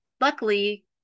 luckily